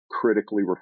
critically